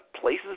places